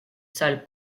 salle